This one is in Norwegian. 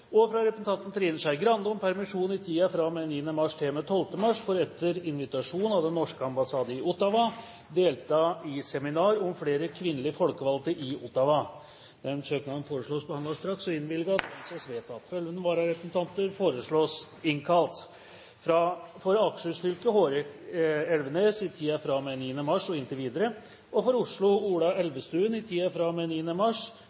og inntil videre fra representanten Trine Skei Grande om permisjon i tiden fra og med 9. mars til og med 12. mars, for etter invitasjon av den norske ambassade i Ottawa å delta i seminar om flere kvinnelige folkevalgte, i Ottawa. Etter forslag fra presidenten ble enstemmig besluttet: Søknadene behandles straks og innvilges. Følgende vararepresentanter innkalles for å møte i permisjonstiden: For Akershus fylke: Hårek Elvenes i tiden fra og med 9. mars og inntil videre. For Oslo: